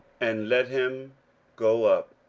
and let him go up.